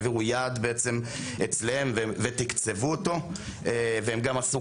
העבירו יעד בעצם אצלם ותקצבו אותו, והם גם עשו